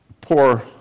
poor